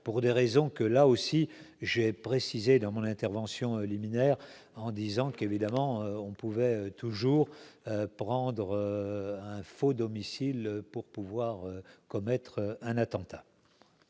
pour des raisons que là aussi, j'ai précisé dans mon intervention liminaire en disant qu'évidemment on pouvait toujours prendre un faux domicile pour pouvoir commettre un attentat.